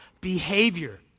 behavior